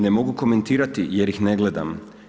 Ne mogu komentirati jer ih ne gledam.